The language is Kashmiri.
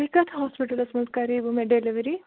تُہۍ کَتھ ہاسپِٹَلس منٛز کَریوٕ مےٚ ڈیٚلؤری